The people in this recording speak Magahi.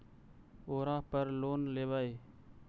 ओरापर लोन लेवै?